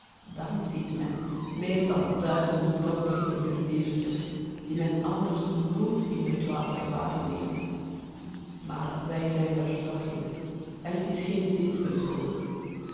dan ziet men meer dan duizend zonderlinge diertjes die men anders nooit in het water waarneemt maar zij zijn er toch in en het is geen zinsbedrog